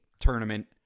tournament